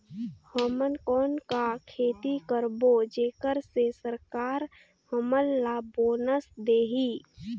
हमन कौन का खेती करबो जेकर से सरकार हमन ला बोनस देही?